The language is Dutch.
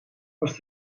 was